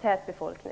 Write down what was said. tättbefolkat.